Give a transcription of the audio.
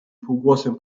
półgłosem